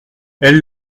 elle